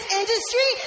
industry